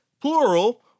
plural